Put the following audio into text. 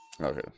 Okay